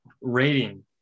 rating